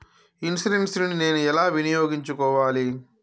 Insurance ని నేను ఎలా వినియోగించుకోవాలి?